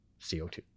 CO2